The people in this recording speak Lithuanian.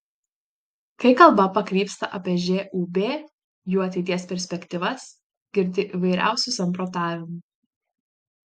kai kalba pakrypsta apie žūb jų ateities perspektyvas girdi įvairiausių samprotavimų